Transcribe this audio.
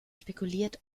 spekuliert